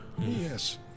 Yes